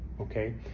Okay